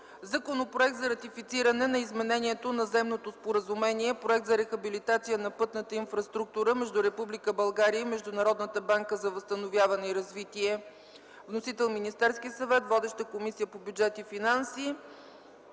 Законопроект за ратифициране на изменението на Заемното споразумение (Проект за рехабилитация на пътната инфраструктура между Република България и Международната банка за възстановяване и развитие). Вносител: Министерският съвет. Водеща е Комисията по бюджет и финанси.